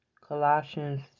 Colossians